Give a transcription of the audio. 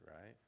right